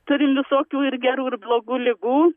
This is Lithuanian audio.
turim visokių ir gerų ir blogų ligų